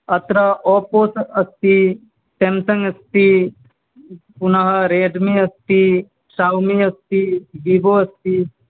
अत्र ओप्पोस् अस्ति सेम्सङ्ग् अस्ति पुनः रेड्मी अस्ति शौमी अस्ति विवो अस्ति